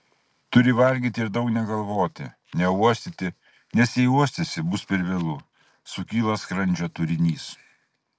turi valgyti ir daug negalvoti neuostyti nes jei uostysi bus per vėlu sukyla skrandžio turinys